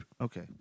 Okay